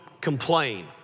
complain